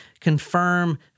confirm